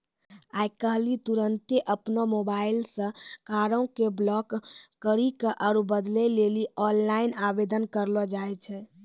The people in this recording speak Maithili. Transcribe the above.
आइ काल्हि तुरन्ते अपनो मोबाइलो से कार्डो के ब्लाक करि के आरु बदलै लेली आनलाइन आवेदन करलो जाय छै